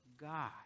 God